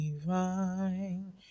divine